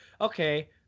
okay